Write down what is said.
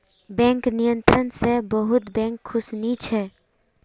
bank नियंत्रण स बहुत बैंक खुश नी छ